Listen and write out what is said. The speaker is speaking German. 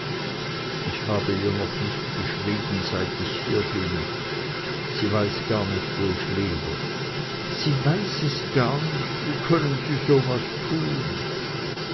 ich habe ihr noch nicht geschrieben seit ich hier bin sie weiß gar nicht wo ich lebe sie weiß es gar nicht wie können sie so was tun